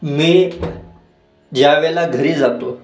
मी ज्यावेळेला घरी जातो